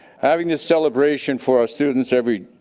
having a celebration for our students every.